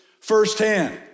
firsthand